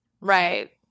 Right